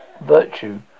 virtue